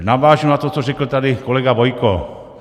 Navážu na to, co řekl tady kolegy Bojko.